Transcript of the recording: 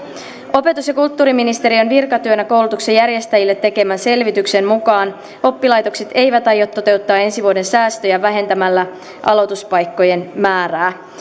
opetus ja kulttuuriministeriön virkatyönä koulutuksen järjestäjille tekemän selvityksen mukaan oppilaitokset eivät aio toteuttaa ensi vuoden säästöjä vähentämällä aloituspaikkojen määrää